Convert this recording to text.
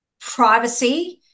privacy